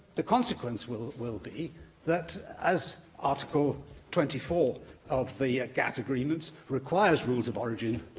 the consequence will will be that, as article twenty four of the gatt agreement requires rules of origin